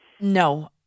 No